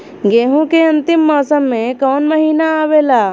गेहूँ के अंतिम मौसम में कऊन महिना आवेला?